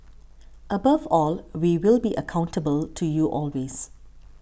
above all we will be accountable to you always